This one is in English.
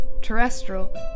terrestrial